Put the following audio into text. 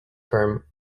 firm